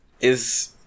Is-